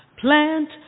Plant